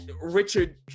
Richard